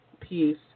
piece